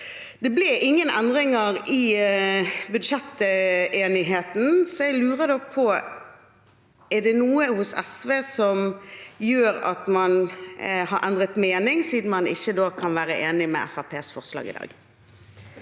Det ble ingen endringer i budsjettenigheten, så jeg lurer da på: Er det noe hos SV som gjør at man har endret mening, siden man ikke kan være enig i Fremskrittspartiets